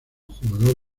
jugador